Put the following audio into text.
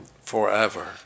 forever